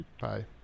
Bye